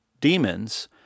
demons